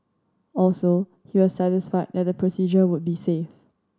also he was satisfied that the procedure would be safe